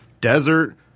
desert